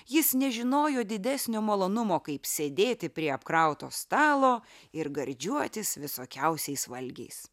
jis nežinojo didesnio malonumo kaip sėdėti prie apkrauto stalo ir gardžiuotis visokiausiais valgiais